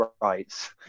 rights